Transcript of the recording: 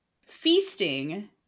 feasting